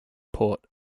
port